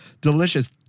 delicious